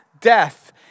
death